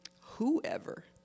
Whoever